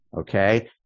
Okay